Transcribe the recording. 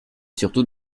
surtout